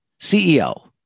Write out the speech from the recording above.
CEO